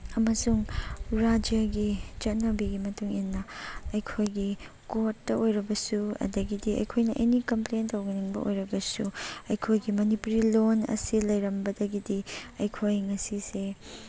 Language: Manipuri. ꯑꯃꯁꯨꯡ ꯔꯥꯏꯖ꯭ꯌꯥꯒꯤ ꯆꯠꯅꯕꯤꯒꯤ ꯃꯇꯨꯡ ꯏꯟꯅ ꯑꯩꯈꯣꯏꯒꯤ ꯀꯣꯔꯠꯇ ꯑꯣꯏꯔꯕꯁꯨ ꯑꯗꯒꯤꯗꯤ ꯑꯩꯈꯣꯏꯅ ꯑꯦꯅꯤ ꯀꯝꯄ꯭ꯂꯦꯟ ꯇꯧꯅꯤꯡꯕ ꯑꯣꯏꯔꯒꯁꯨ ꯑꯩꯈꯣꯏꯒꯤ ꯃꯅꯤꯄꯨꯔꯤ ꯂꯣꯟ ꯑꯁꯤ ꯂꯩꯔꯝꯕꯗꯒꯤꯗꯤ ꯑꯩꯈꯣꯏ ꯉꯁꯤꯁꯦ